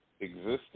existing